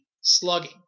slugging